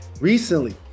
Recently